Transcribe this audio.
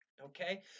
okay